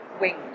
wing